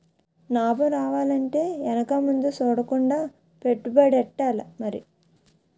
నాబం రావాలంటే ఎనక ముందు సూడకుండా పెట్టుబడెట్టాలి మరి